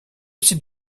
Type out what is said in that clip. site